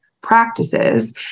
practices